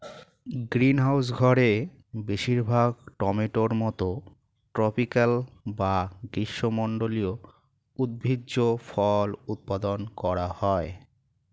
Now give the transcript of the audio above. greenhouse ঘরে বেশিরভাগ টমেটোর মতো ট্রপিকাল বা গ্রীষ্মমন্ডলীয় উদ্ভিজ্জ ফল উৎপাদন করা হয়